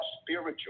spiritual